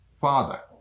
Father